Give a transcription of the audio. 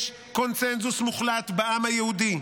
יש קונסנזוס מוחלט בעם היהודי.